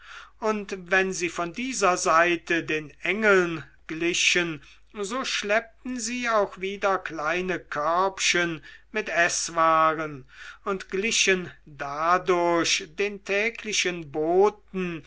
und wenn sie von dieser seite den engeln glichen so schleppten sie auch wieder kleine körbchen mit eßwaren und glichen dadurch den täglichen boten